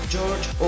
George